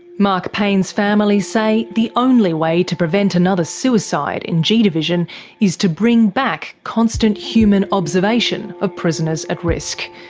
mark payne's family say the only way to prevent another suicide in g division is to bring back constant human observation of prisoners at risk.